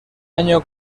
año